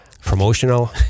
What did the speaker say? promotional